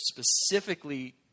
specifically